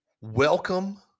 Welcome